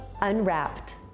Unwrapped